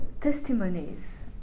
testimonies